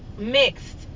mixed